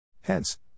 Hence